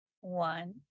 one